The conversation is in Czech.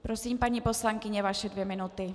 Prosím, paní poslankyně, vaše dvě minuty.